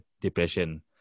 depression